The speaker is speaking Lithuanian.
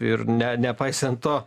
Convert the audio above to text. ir ne nepaisant to